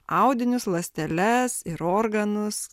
audinius ląsteles ir organus